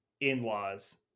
in-laws